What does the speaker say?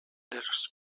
les